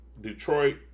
Detroit